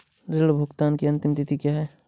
ऋण भुगतान की अंतिम तिथि क्या है?